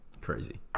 Crazy